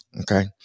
okay